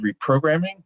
reprogramming